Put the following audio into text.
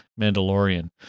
Mandalorian